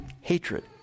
hatred